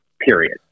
period